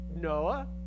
Noah